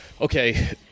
Okay